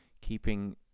keeping